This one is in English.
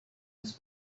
his